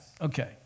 Okay